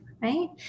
right